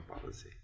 policy